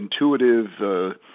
intuitive